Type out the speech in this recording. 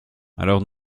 alors